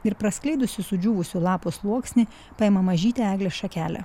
ir praskleidusi sudžiūvusių lapų sluoksnį paima mažytę eglės šakelę